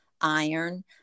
iron